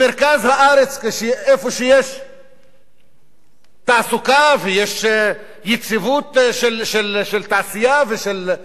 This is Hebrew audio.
איפה שיש תעסוקה ויש יציבות של תעשייה ושל שירותים,